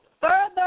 further